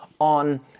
on